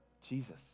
Jesus